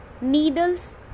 Needles